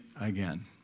again